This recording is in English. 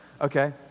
Okay